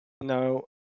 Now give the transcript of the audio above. no